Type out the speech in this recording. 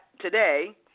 today